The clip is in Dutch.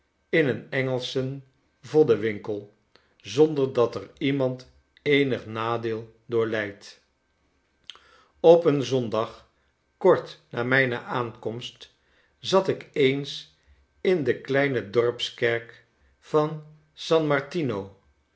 in een engelschen voddenwinkel zonder dat er iemand eenig nadeel door lijdt op een zondag kort namijne aankomst zat ik eens in de kleine dorpskerk van s an marti